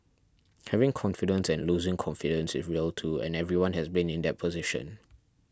having confidence and losing confidence is real too and everyone has been in that position